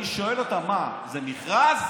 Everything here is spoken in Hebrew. אני שואל אותה: מה, זה מכרז?